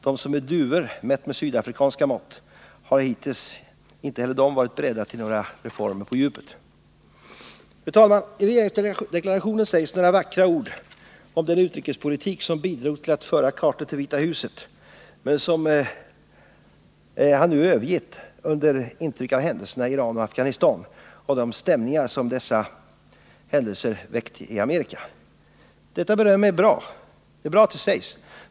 De som är duvor mätt med sydafrikanska mått har hittills inte heller de varit beredda till några reformer som går på djupet. I regeringsdeklarationen sägs några vackra ord om den utrikespolitik som bidrog till att föra Carter till Vita huset men som han nu övergett under intryck av händelserna i Iran och Afghanistan och de stämningar som dessa händelser väckt i Amerika. Detta beröm är välkommet. Det är bra att dessa vackra ord uttalats.